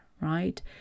right